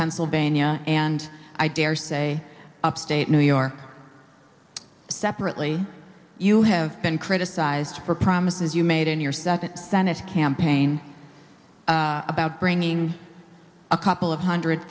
pennsylvania and i dare say upstate new york separately you have been criticized for promises you made in your second senate campaign about bringing a couple of hundred